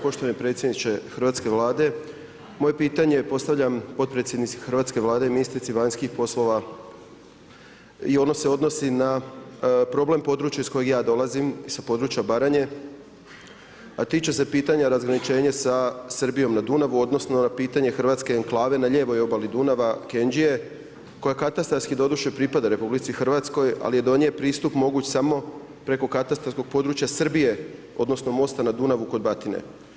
Poštovani predsjedniče Hrvatske vlade, moje pitanje, postavljam potpredsjednici Hrvatske vlade, ministrici vanjskih poslova i ona se odnosi na problem područja iz koje ja dolazim, sa područja Baranje, a tiče se pitanja razgraničenje sa Srbijom nad Dunavom, odnosno, na pitanje hrvatske enklave na lijevoj obali Dunava, Kenđije, koja katastarski doduše pripada RH, ali je do nje pristup moguć samo preko katastarskog područja Srbije odnosno, mosta na Dunavu kod Batine.